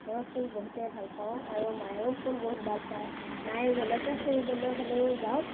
মই ফুল বহুতে ভাল পাওঁ আৰু মায়েও ফুল বহুত ভাল পায় মাই যলৈকে ফুৰিবলৈ হ'লেও যাৱক